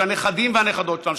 שהנכדים והנכדות שלנו,